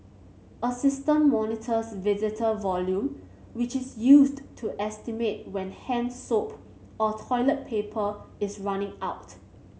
a system monitors visitor volume which is used to estimate when hand soap or toilet paper is running out